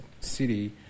city